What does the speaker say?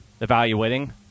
evaluating